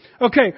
Okay